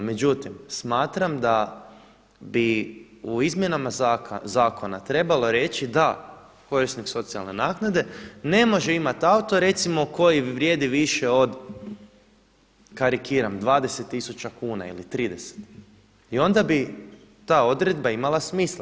Međutim, smatram da bi u izmjenama zakona trebalo reći da korisnik socijalne naknade ne može imati auto recimo koji vrijedi više od karikiram 20 tisuća kuna ili 30 i onda bi ta odredba imala smisla.